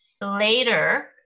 Later